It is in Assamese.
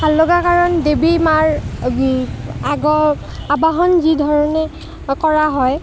ভাললগা কাৰণ দেৱী মাৰ আগৰ আবাহন যিধৰণে কৰা হয়